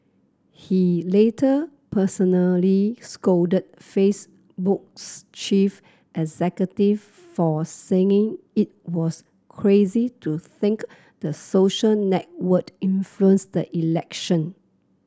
he later personally scolded Facebook's chief executive for saying it was crazy to think the social network influenced the election